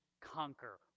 conquer